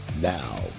Now